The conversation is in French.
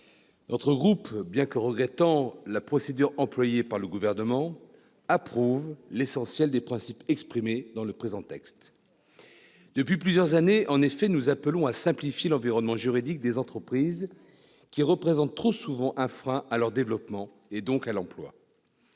notre groupe, bien que regrettant la procédure employée par le Gouvernement, approuve l'essentiel des principes exprimés dans le présent texte. Depuis plusieurs années, en effet, nous appelons à simplifier l'environnement juridique des entreprises, qui représente trop souvent un frein à leur développement, et donc à l'emploi.